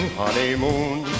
honeymoon